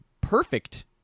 perfect